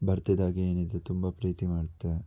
ಬರ್ತಿದ್ದಾಗೆ ಏನಿದೆ ತುಂಬ ಪ್ರೀತಿ ಮಾಡುತ್ತೆ